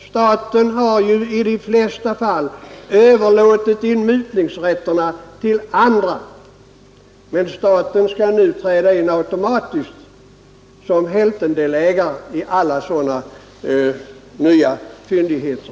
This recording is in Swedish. Staten har ju i de flesta fall överlåtit inmutningsrätterna till andra, men staten skall nu träda in automatiskt som hälftendelägare i alla nya fyndigheter.